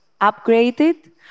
upgraded